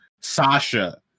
Sasha